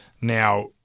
Now